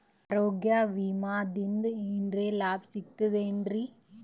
ಆರೋಗ್ಯ ವಿಮಾದಿಂದ ಏನರ್ ಲಾಭ ಸಿಗತದೇನ್ರಿ?